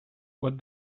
what